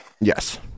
Yes